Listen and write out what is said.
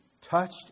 touched